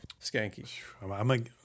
Skanky